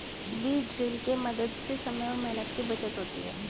बीज ड्रिल के मदद से समय और मेहनत की बचत होती है